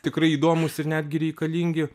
tikrai įdomūs ir netgi reikalingi